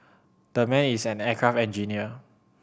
the man is an aircraft engineer